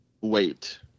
wait